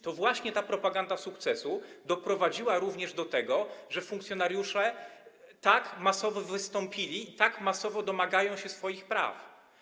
To właśnie ta propaganda sukcesu doprowadziła również do tego, że funkcjonariusze tak masowo wystąpili i tak masowo domagają się swoich praw.